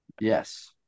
Yes